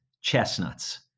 chestnuts